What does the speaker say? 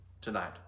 tonight